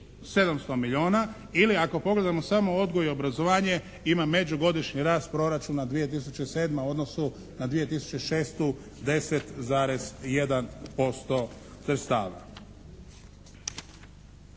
700 milijuna ili ako pogledamo samo odgoj i obrazovanje ima međugodišnji rast proračuna 2007. u odnosu na 2006. 10,1% sredstava.